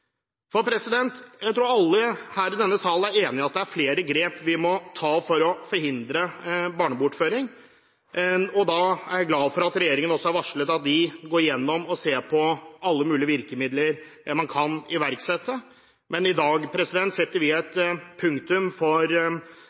Jeg tror alle her i denne salen er enige om at det er flere grep vi må ta for å forhindre barnebortføring, og da er jeg glad for at regjeringen har varslet at de går gjennom og ser på alle mulige virkemidler man kan iverksette. Men i dag setter vi et punktum for